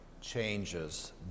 changes